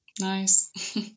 Nice